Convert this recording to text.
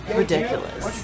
ridiculous